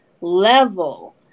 level